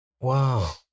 Wow